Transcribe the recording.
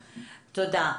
תודה.